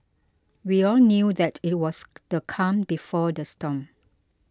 we all knew that it was the calm before the storm